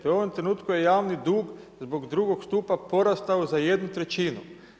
U ovom trenutku je javni dug, zbog drugo stupa porastao za jednu trećinu.